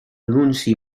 anunci